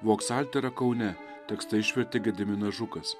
voksaltera kaune tekstą išvertė gediminas žukas